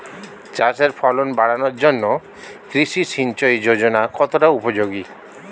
চাষের ফলন বাড়ানোর জন্য কৃষি সিঞ্চয়ী যোজনা কতটা উপযোগী?